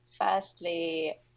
firstly